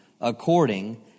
According